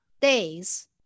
days